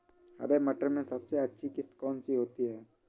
हरे मटर में सबसे अच्छी किश्त कौन सी होती है?